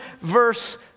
verse